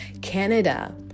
Canada